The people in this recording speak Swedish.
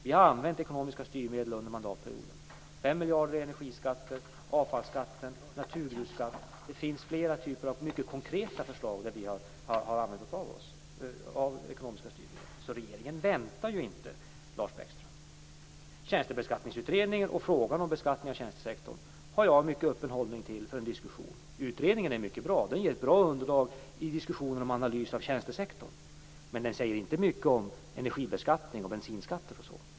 Vi har använt ekonomiska styrmedel under mandatperioden, 5 miljarder i energiskatter, avfallsskatt, naturresursskatt. Det finns flera typer av mycket konkreta förslag där vi har använt oss av ekonomiska styrmedel. Regeringen väntar ju inte, Lars Bäckström. Till en diskussion om Tjänstebeskattningsutredningen och frågan om beskattning av tjänstesektorn har jag en mycket öppen hållning. Utredningen är mycket bra. Den ger ett bra underlag i diskussionen om analys av tjänstesektorn. Men den säger inte mycket om energibeskattning, bensinskatter, m.m.